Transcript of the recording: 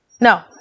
No